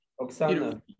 Oksana